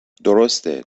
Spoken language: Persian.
درسته